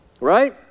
right